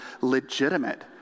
legitimate